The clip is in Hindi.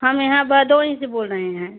हम यहाँ भदोंही से बोल रहे हैं